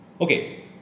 Okay